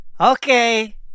Okay